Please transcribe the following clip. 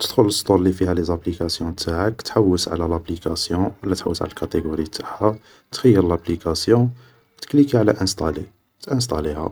تدخل لسطور لي فيها لي زابليكاسيون تاعك, تحوس على لابليكاسيون, ولا تحوس على الكاطيغوري تاعها, تخير لابليكاسيون, و تكليكي على انسطالي, تانسطاليها